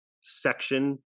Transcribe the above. section